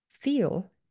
feel